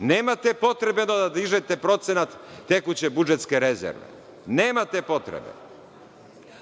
Nemate potrebe da dižete procenat tekuće budžetske rezerve, nemate potrebe.